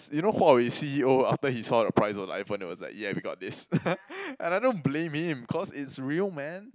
you know Huawei C_E_O after he saw the price of the iPhone he was like yeah we got this and I don't blame him cause it's real man